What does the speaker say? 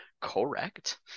correct